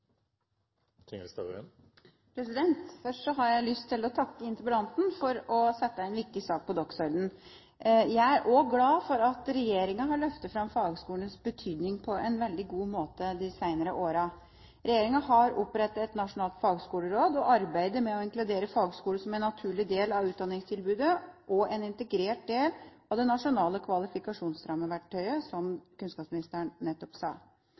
til staten. Først har jeg lyst til å takke interpellanten for å sette en viktig sak på dagsordenen. Jeg er også glad for at regjeringa har løftet fram fagskolenes betydning på en veldig god måte de senere årene. Regjeringa har opprettet et nasjonalt fagskoleråd og arbeider med å inkludere fagskolene som en naturlig del av utdanningstilbudet og en integrert del av det nasjonale kvalifikasjonsrammeverket, som kunnskapsministeren nettopp sa.